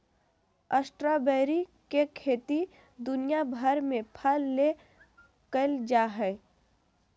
strawberry के खेती दुनिया भर में फल ले कइल जा हइ